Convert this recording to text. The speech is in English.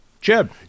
Jeb